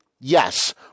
Yes